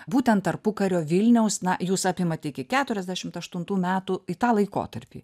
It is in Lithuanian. būtent tarpukario vilniaus na jūs apimat iki keturiasdešimt aštuntų metų į tą laikotarpį